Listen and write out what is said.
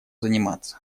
заниматься